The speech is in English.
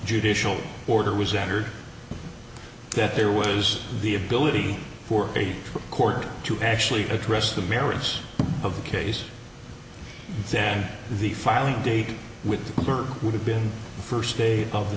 judicial order was entered that there was the ability for the court to actually address the merits of the case than the filing date with her would have been the first day of the